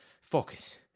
focus